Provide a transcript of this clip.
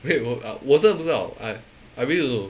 wait 我 I 我真不知道 I I really don't know